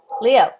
Leo